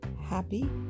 happy